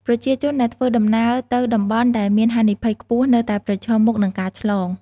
ប្រជាជនដែលធ្វើដំណើរទៅតំបន់ដែលមានហានិភ័យខ្ពស់នៅតែប្រឈមមុខនឹងការឆ្លង។